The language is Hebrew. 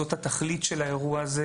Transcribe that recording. זאת התכלית של האירוע הזה.